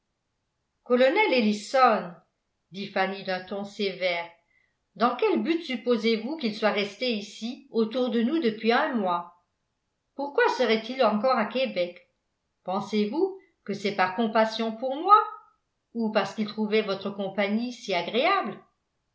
colonel ellison dit fanny d'un ton sévère dans quel but supposez-vous qu'il soit resté ici autour de nous depuis un mois pourquoi serait-il encore à québec pensez-vous que c'est par compassion pour moi ou parce qu'il trouvait votre compagnie si agréable